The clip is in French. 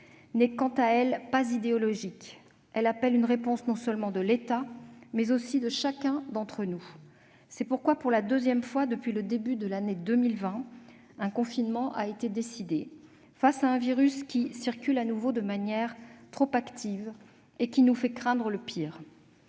n'est pas idéologique. Elle appelle une réponse non seulement de l'État, mais aussi de chacun d'entre nous. C'est pourquoi, pour la deuxième fois depuis le début de l'année 2020, un confinement a été décidé face à un virus qui circule à nouveau de manière trop active, et qui nous fait craindre le pire.